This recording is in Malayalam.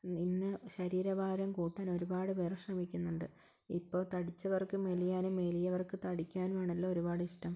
ഇന്ന് ശരീരഭാരം കൂട്ടാൻ ഒരുപാട് പേർ ശ്രമിക്കുന്നുണ്ട് ഇപ്പോൾ തടിച്ചവർക്ക് മെലിയാനും മെലിഞ്ഞവർക്ക് തടിക്കാനുമാണല്ലോ ഒരുപാടിഷ്ടം